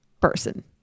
person